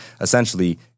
Essentially